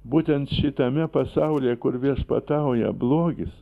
būtent šitame pasaulyje kur viešpatauja blogis